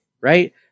right